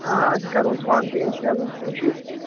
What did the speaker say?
آ أسۍ کَروس پانہِ تہِ اِنشاء اللہ کوٗشِش